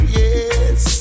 yes